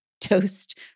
toast